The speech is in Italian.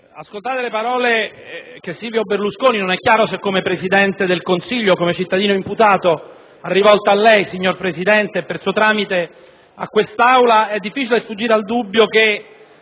ascoltate le parole che Silvio Berlusconi - non è chiaro se come Presidente del Consiglio o come cittadino imputato - ha rivolto a lei e per suo tramite a quest'Aula, è difficile sfuggire al dubbio che